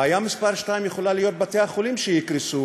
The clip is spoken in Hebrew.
בעיה מספר שתיים יכולה להיות בתי-החולים שיקרסו